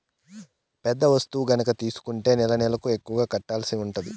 పెద్ద వస్తువు గనక తీసుకుంటే నెలనెలకు ఎక్కువ కట్టాల్సి ఉంటది